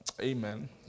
Amen